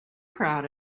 proud